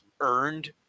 earned